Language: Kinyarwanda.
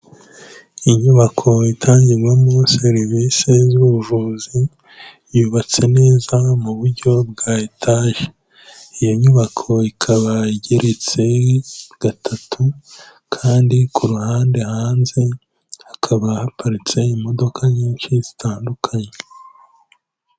Inyubako itangirwawemo serivisi z'ubuvuzi, yubatse neza mu buryo bwa etaje, iyo nyubako ikaba igeretse gatatu kandi ku ruhande hanze hakaba haparitse imodoka nyinshi zitandukanye.